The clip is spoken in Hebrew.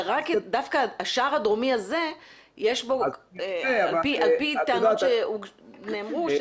אלא דווקא השער הדרומי הזה על פי טענות שנאמרו,